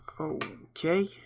Okay